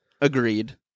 Agreed